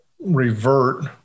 revert